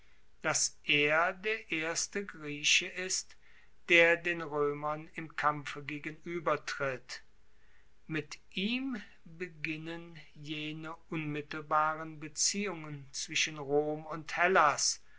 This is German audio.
dass er der erste grieche ist der den roemern im kampfe gegenuebertritt mit ihm beginnen jene unmittelbaren beziehungen zwischen rom und hellas